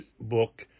book